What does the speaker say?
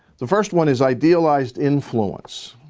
the first one is idealized influence